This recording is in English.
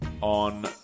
on